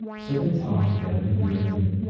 so they talked together and grew intimate,